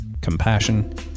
compassion